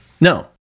no